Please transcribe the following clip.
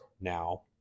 now